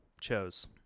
chose